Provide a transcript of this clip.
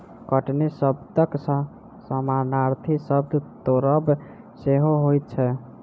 कटनी शब्दक समानार्थी शब्द तोड़ब सेहो होइत छै